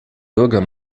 bürger